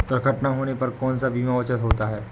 दुर्घटना होने पर कौन सा बीमा उचित होता है?